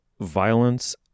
violence